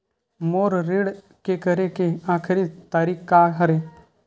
मोर ऋण के करे के आखिरी तारीक का हरे?